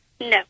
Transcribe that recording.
No